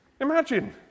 Imagine